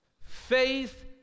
faith